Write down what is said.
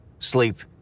Sleep